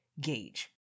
gauge